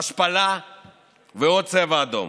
השפלה ועוד צבע אדום.